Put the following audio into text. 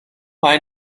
mae